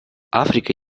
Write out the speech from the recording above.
африка